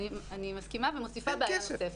אני מסכימה ומוסיפה בעיה נוספת.